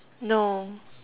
no